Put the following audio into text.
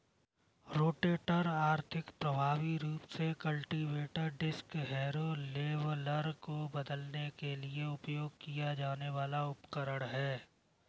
rotator आर्थिक, प्रभावी रूप से कल्टीवेटर, डिस्क हैरो, लेवलर को बदलने के लिए उपयोग किया जाने वाला उपकरण है